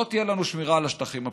לא תהיה לנו שמירה על השטחים הפתוחים.